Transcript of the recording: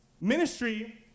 ministry